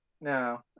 no